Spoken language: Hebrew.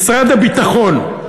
משרד הביטחון.